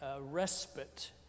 respite